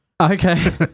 Okay